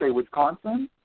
wisconsin?